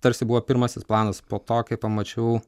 tarsi buvo pirmasis planas po to kai pamačiau